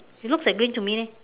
it looks like green to me leh